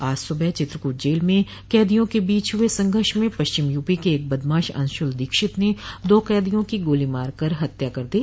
आज सुबह चित्रकूट जेल में कैदियों के बीच हुए संघर्ष में पश्चिम यूपी के एक बदमाश अंशुल दीक्षित ने दो कैदियों की गोली मार कर हत्या कर दी